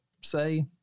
say